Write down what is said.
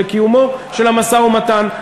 לקיומו של המשא-ומתן.